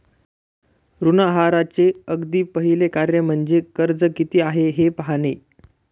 ऋण आहाराचे अगदी पहिले कार्य म्हणजे कर्ज किती आहे हे पाहणे